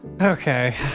Okay